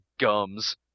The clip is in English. Gums